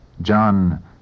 John